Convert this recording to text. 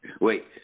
Wait